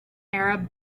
arab